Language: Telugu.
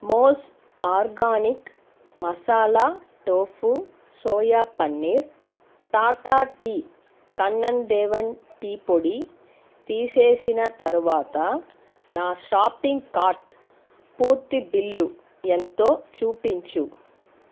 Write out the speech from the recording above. మోజ్ organic masala tofu soya paneer Tata tea Kanan Devan tea పొడి తీసేసిన తరువాత నా షాపింగ్ కార్టు పూర్తి బిల్లు ఎంతో చూపించు